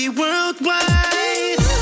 worldwide